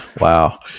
Wow